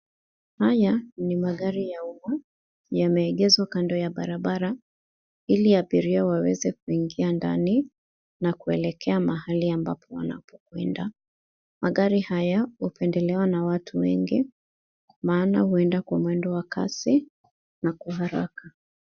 Haya n magari ya umma. Yameegeshwa kando ya barabara ili abiria waweze kuingia ndani na kuelekea mahali ambapo wanapokwenda. Magari haya hupendelewa na watu wengi maana huenda kwa mwendo wa kasi na kwa haraka.